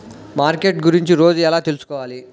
Market గురించి రోజు ఎలా తెలుసుకోవాలి?